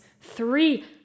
Three